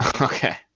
Okay